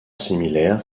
similaires